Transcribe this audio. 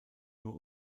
nur